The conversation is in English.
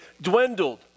dwindled